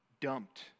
dumped